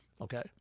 Okay